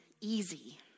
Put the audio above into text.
easy